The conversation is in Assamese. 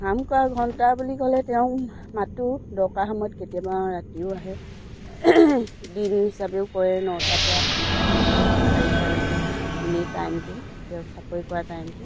কাম কৰা ঘণ্টা বুলি ক'লে তেওঁক মাতো দৰকাৰ সময়ত কেতিয়াবা ৰাতিও আহে দিন হিচাপেও কৰে নটা পৰা নটাৰ পৰা চাৰিটালৈকে এনেই টাইমটো তেওঁ চাকৰি কৰা টাইমটো